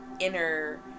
inner